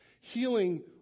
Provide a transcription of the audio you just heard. Healing